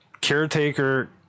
Caretaker